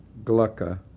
Glucka